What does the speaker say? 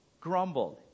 grumbled